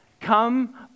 come